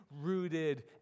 rooted